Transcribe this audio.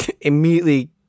immediately